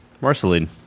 Marceline